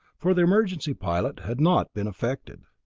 for the emergency pilot had not been affected.